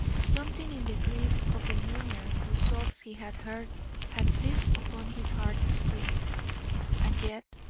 something in the grief of the mourner whose sobs he had heard had seized upon his heart-strings, and yet,